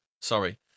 Sorry